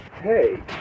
hey